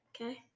Okay